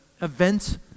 event